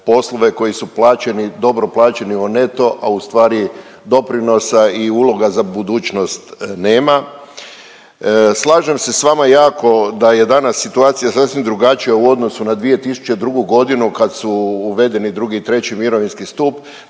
poslove koji su plaćeni, dobro plaćeni u neto, a u stvari doprinosa i uloga za budućnost nema. Slažem se s vama jako da je danas situacija sasvim drugačija u odnosu na 2002. godinu kad su uvedeni II. i III. mirovinski stup,